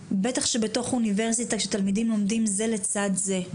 בטח שבתוך האוניברסיטה שתלמידים זה לצד זה,